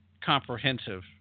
comprehensive